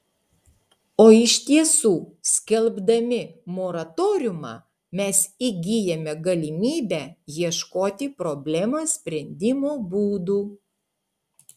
o iš tiesų skelbdami moratoriumą mes įgyjame galimybę ieškoti problemos sprendimo būdų